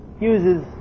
uses